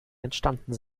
entstanden